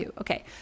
Okay